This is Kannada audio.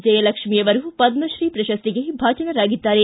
ಜಯಲಕ್ಷ್ಮಿ ಅವರು ಪದ್ಧತ್ರೀ ಪ್ರಶಸ್ತಿಗೆ ಭಾಜನರಾಗಿದ್ದಾರೆ